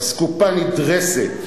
אסקופה נדרסת.